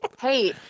Hey